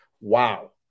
wow